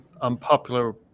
unpopular